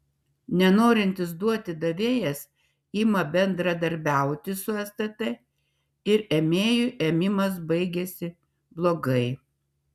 nenorintis duoti davėjas ima bendradarbiauti su stt ir ėmėjui ėmimas baigiasi blogai